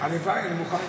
הלוואי, אני מוכן.